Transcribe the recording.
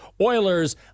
Oilers